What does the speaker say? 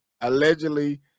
allegedly